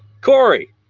Corey